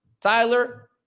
Tyler